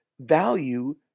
value